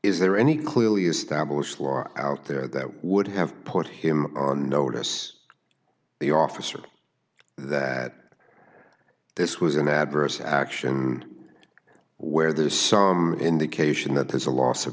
is there any clearly established law out there that would have put him on notice the officer that this was an adverse action where there's some indication that there's a loss of